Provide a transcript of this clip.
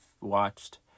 watched